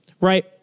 right